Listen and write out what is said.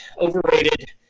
overrated